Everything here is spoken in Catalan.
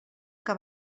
que